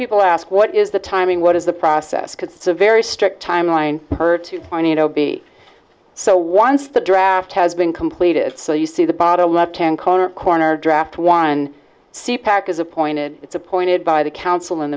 people ask what is the timing what is the process because it's a very strict timeline her to find an o b so once the draft has been completed so you see the bottom left hand corner corner draft one see pack is appointed it's appointed by the council and